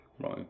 right